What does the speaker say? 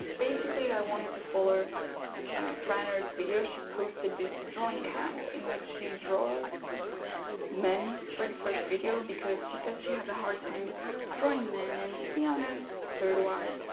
basically i wanted to follow frannerd's video, she posted this drawing camp in which she draws men for the first video, because she says she has a hard time drawing men and to be honest, so do i.